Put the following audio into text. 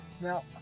Now